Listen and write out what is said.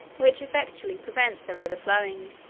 which effectually prevents their overflowing.